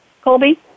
Colby